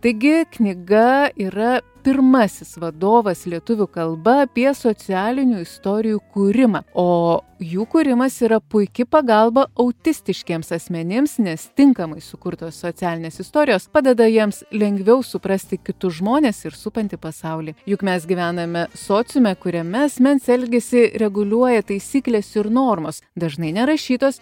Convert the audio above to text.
taigi knyga yra pirmasis vadovas lietuvių kalba apie socialinių istorijų kūrimą o jų kūrimas yra puiki pagalba autistiškiems asmenims nes tinkamai sukurtos socialinės istorijos padeda jiems lengviau suprasti kitus žmones ir supantį pasaulį juk mes gyvename sociume kuriame asmens elgesį reguliuoja taisyklės ir normos dažnai nerašytos